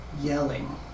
yelling